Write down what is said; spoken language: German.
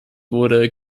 wurde